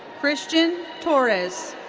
christian torres.